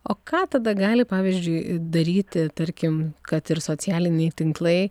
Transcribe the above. o ką tada gali pavyzdžiui daryti tarkim kad ir socialiniai tinklai